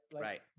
right